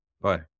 Bye